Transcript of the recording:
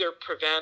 prevent